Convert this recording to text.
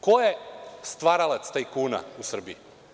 Ko je stvaralac tajkuna u Srbiji?